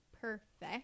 perfect